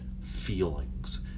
feelings